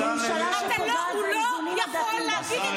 תפסיק.